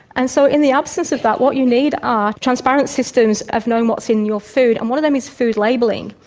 and so in the absence of that what you need are transparent systems of knowing what's in your food and one of them is food labelling.